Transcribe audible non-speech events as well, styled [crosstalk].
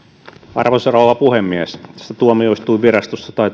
arvoisa rouva puhemies tästä tuomioistuinvirastosta tai [unintelligible]